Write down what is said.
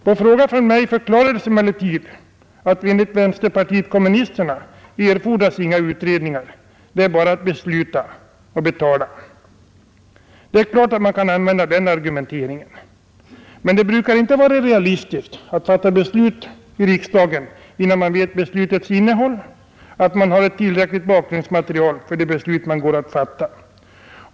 På fråga från mig förklarades emellertid att enligt vänsterpartiet kommunisterna erfordras inga utredningar; det är bara att besluta och betala. Det är klart att man kan använda den argumenteringen. Men det brukar inte vara realistiskt att fatta beslut i riksdagen innan man vet beslutets innehåll, innan man har ett tillräckligt bakgrundsmaterial för det beslut man går att fatta.